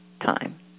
time